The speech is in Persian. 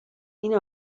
این